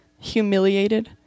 humiliated